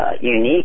unique